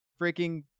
freaking